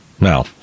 No